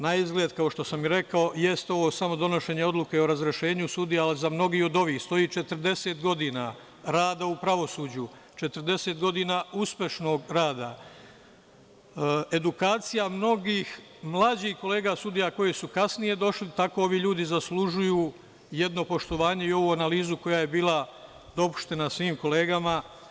Naizgled, kao što sam rekao, jeste ovo samo donošenje odluke o razrešenju sudija, ali i za mnogih od ovih stoji 40 godina rada u pravosuđu, 40 godina uspešnog rada, edukacija mnogih mlađih kolega sudija koje su kasnije došli, tako da ovi ljudi zaslužuju jedno poštovanje i ovu analizu koja je bila dopuštena svim kolegama.